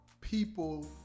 people